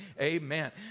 Amen